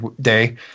day